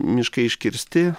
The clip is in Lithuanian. miškai iškirsti